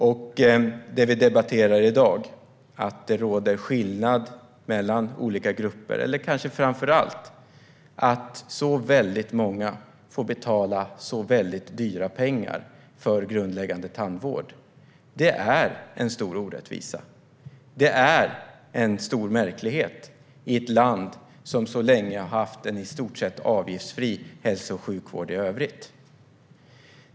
Det vi i dag debatterar är att det finns en skillnad mellan olika grupper eller, kanske framför allt, att så många får betala så mycket pengar för grundläggande tandvård. Detta är en stor orättvisa, och det är märkligt i ett land som så länge har haft en i stort sett avgiftsfri hälso och sjukvård i övrigt.